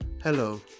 Hello